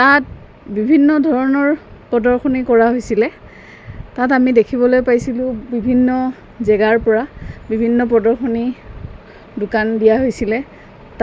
তাত বিভিন্ন ধৰণৰ প্ৰদৰ্শনী কৰা হৈছিলে তাত আমি দেখিবলৈ পাইছিলোঁ বিভিন্ন জেগাৰপৰা বিভিন্ন প্ৰদৰ্শনী দোকান দিয়া হৈছিলে